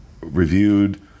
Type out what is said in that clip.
reviewed